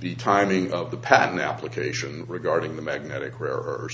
the timing of the patent application regarding the magnetic weare